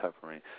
covering